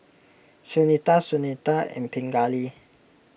Sunita Sunita and Pingali